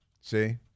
see